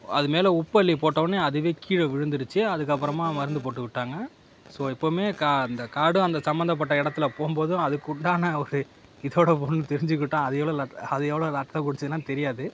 அதுமேலே உப்பு அள்ளி போட்டவொன்னே அதுவே கீழே விழுந்துருச்சு அதுக்கப்புறமா மருந்து போட்டு விட்டாங்க ஸோ எப்போவுமே கா இந்த காடும் அந்த சம்மந்தபட்ட இடத்துல போகும் போதும் அதுக்குண்டான ஒரு இதோடய போகணுன்னு தெரிஞ்சுக்கிட்டோம் அது எவ்வளோ ல அது எவ்வளோ ரத்தத்தை குடிச்சுதுன்லாம் தெரியாது